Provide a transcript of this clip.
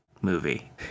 movie